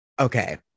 Okay